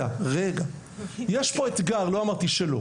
יש פה אתגר לא אמרתי שלא.